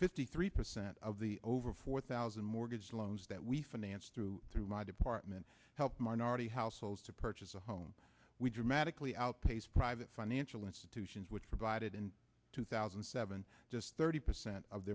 fifty three percent of the over four thousand mortgage loans that we finance through through my department helped my already households to purchase a home we dramatically outpace private financial institutions which provided in two thousand and seven just thirty percent of